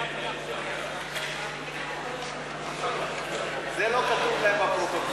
מה קרה, זה לא כתוב להם בפרוטוקול.